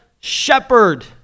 shepherd